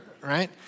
right